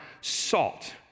salt